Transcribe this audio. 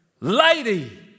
Lady